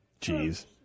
Jeez